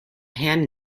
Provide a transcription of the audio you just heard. hand